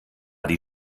die